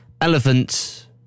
elephant